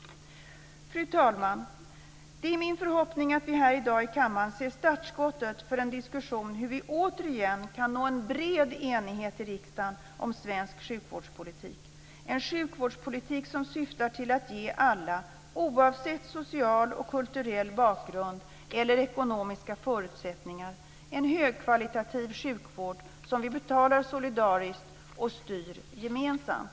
Fru talman! Det är min förhoppning att vi här i dag i kammaren ser startskottet för en diskussion om hur vi återigen kan nå en bred enighet i riksdagen om svensk sjukvårdspolitik, en sjukvårdspolitik som syftar till att ge alla, oavsett social och kulturell bakgrund eller ekonomiska förutsättningar, en högkvalitativ sjukvård som vi betalar solidariskt och styr gemensamt.